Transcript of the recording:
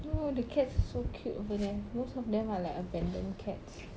you know the cats so cute over there most of them are like abandoned cats